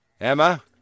Emma